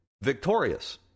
victorious